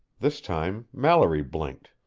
this time, mallory blinked,